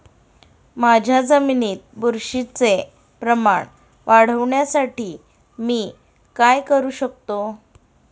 माझ्या जमिनीत बुरशीचे प्रमाण वाढवण्यासाठी मी काय करू शकतो?